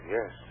Yes